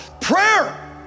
Prayer